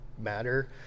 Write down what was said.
matter